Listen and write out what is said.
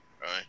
right